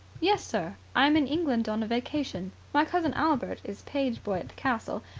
yes, sir. i am in england on a vacation. my cousin, albert, is page boy castle,